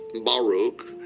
Baruch